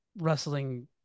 wrestling